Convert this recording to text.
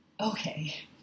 okay